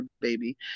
baby